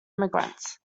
immigrants